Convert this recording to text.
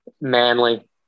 Manly